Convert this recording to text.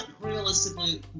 realistically